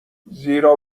زیرا